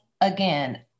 again